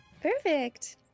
Perfect